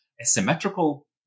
asymmetrical